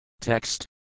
TEXT